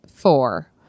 Four